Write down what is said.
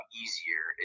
easier